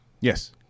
Yes